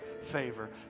favor